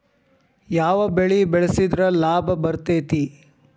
ಯಾವ ಬೆಳಿ ಬೆಳ್ಸಿದ್ರ ಲಾಭ ಬರತೇತಿ?